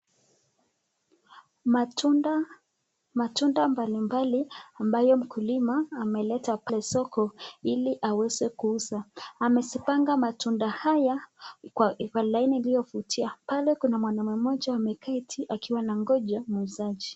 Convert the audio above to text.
Matunda mbalimbali ambayo mkulima ameleta pale soko hili aweze kuuza amezipanga matunda haya kwa laini iliyofutia, pale kuna mwanaume moja ameketi akiwa anangoja muuzaji.